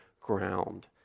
ground